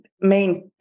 main